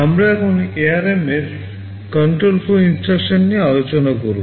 আমরা এখন ARM এর কন্ট্রোল প্রবাহ নির্দেশ নিয়ে আলোচনা করব